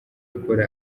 akora